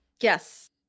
Yes